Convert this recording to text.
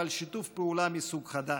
אבל שיתוף פעולה מסוג חדש,